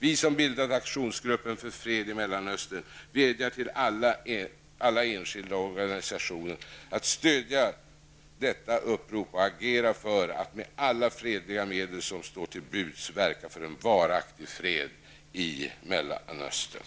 Vi som bildat Aktionsgruppen för fred i Mellanöstern vädjar till alla enskilda och organisationer att stödja detta upprop och agera för att med alla fredliga medel som står till buds verka för en varaktig fred i Mellanöstern.